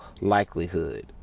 likelihood